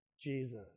Jesus